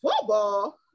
Football